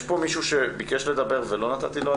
יש פה מישהו שביקש לדבר ולא נתתי לו?